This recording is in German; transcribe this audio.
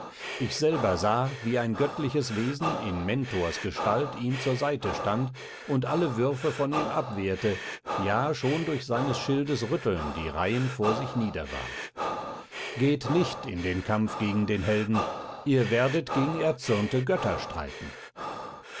ich selber sah wie ein göttliches wesen in mentors gestalt ihm zur seite stand und alle würfe von ihm abwehrte ja schon durch seines schildes rütteln die reihen vor sich niederwarf geht nicht in den kampf gegen den helden ihr werdet gegen erzürnte götter streiten